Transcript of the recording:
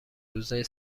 روزای